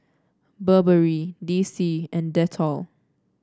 Burberry D C and Dettol